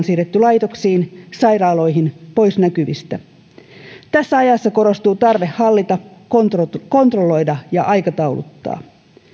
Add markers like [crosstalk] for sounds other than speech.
[unintelligible] siirretty laitoksiin sairaaloihin pois näkyvistä tässä ajassa korostuu tarve hallita kontrolloida kontrolloida ja aikatauluttaa